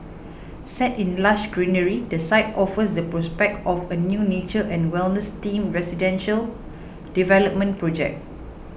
set in lush greenery the site offers the prospect of a new nature and wellness themed residential development project